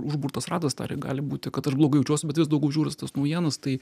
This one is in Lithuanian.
užburtas ratas gali būti kad aš blogai jaučiuos bet vis daugiau žiūriu tas naujienas tai